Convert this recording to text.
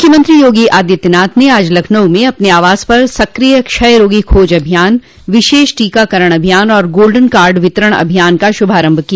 मुख्यमंत्री योगी आदित्यनाथ ने आज लखनऊ में अपने आवास पर सक्रिय क्षय रोगी खोज अभियान विशेष टीकाकरण अभियान और गोल्डन कार्ड वितरण अभियान का उद्घाटन किया